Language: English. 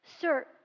Sir